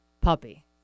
puppy